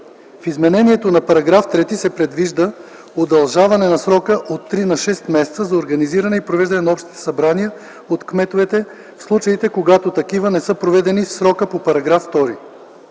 В изменението на § 3 се предвижда удължаване на срока от 3 на 6 месеца за организиране и провеждане на общото събрание от кметовете в случаите, когато такива не са проведени в срока по § 2.